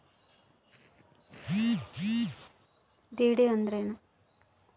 DD ಅಂದ್ರೇನು?